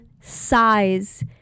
size